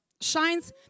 shines